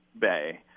bay